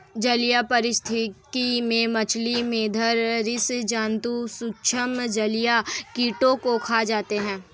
जलीय पारिस्थितिकी में मछली, मेधल स्सि जन्तु सूक्ष्म जलीय कीटों को खा जाते हैं